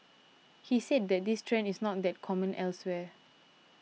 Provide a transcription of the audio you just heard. he said that this trend is not that common elsewhere